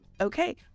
Okay